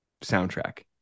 soundtrack